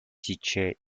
teacher